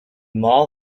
mall